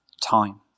time